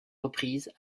reprises